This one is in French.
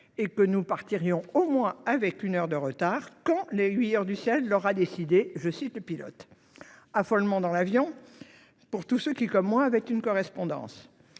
et que nous partirions au moins avec une heure de retard- « quand les aiguilleurs du ciel l'auront décidé », nous a indiqué le pilote. Affolement dans l'avion pour tous ceux qui, comme moi, avaient une correspondance.